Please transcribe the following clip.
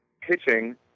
pitching